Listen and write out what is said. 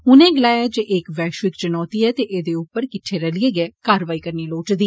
उनें गलाया जे एह् इक वैष्विक चुनौती ऐ ते ऐदे उप्पर किंहे रलियै गै कारवाई करनी लोड़चदी